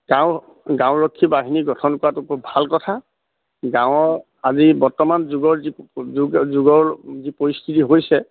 গাঁও গাঁওৰক্ষী বাহিনী গঠন কৰাটো খুব ভাল কথা গাঁৱৰ আজি বৰ্তমান যুগৰ যি যুগৰ যি পৰিস্থিতি হৈছে